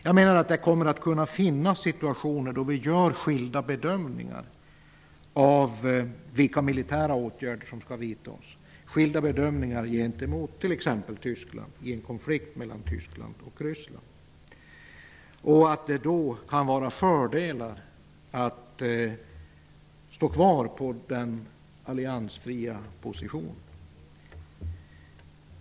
Jag menar att det kommer att kunna uppstå situationer då vi gör skilda bedömningar av vilka militära åtgärder som skall vidtas, skilda bedömningar gentemot t.ex. Tyskland i en konflikt mellan Tyskland och Ryssland. Det kan då vara en fördel att stå kvar i den alliansfria positionen.